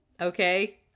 okay